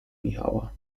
michała